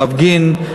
להפגין,